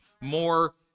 more